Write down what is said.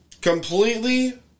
Completely